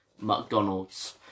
McDonald's